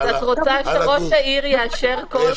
את רוצה שראש העיר יאשר כל קנס?